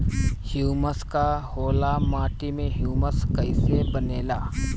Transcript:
Humus का होला माटी मे ह्यूमस कइसे बनेला?